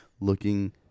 looking